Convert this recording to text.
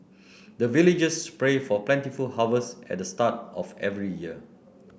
the villagers pray for plentiful harvest at the start of every year